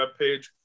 webpage